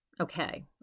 okay